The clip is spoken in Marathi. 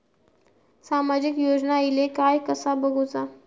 सामाजिक योजना इले काय कसा बघुचा?